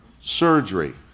surgery